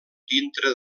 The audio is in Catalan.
dintre